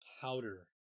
powder